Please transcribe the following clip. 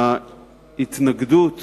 ההתנגדות